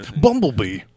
Bumblebee